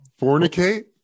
Fornicate